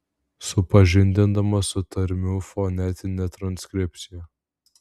supažindinama su tarmių fonetine transkripcija